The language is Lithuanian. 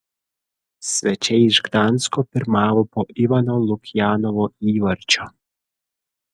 svečiai iš gdansko pirmavo po ivano lukjanovo įvarčio